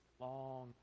long